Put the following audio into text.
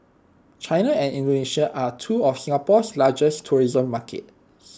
China and Indonesia are two of Singapore's largest tourism markets